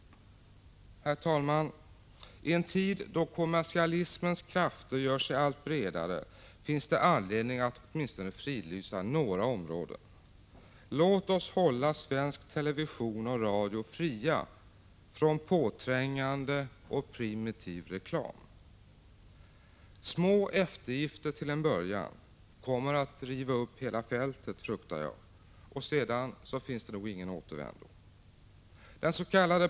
Herr talman! I en tid då kommersialismens krafter gör sig allt bredare finns det anledning att fridlysa åtminstone några områden. Låt oss hålla svensk television och radio fria från påträngande och primitiv reklam. Jag fruktar att små eftergifter till en början kommer att riva upp hela fältet, och sedan finns det nog ingen återvändo.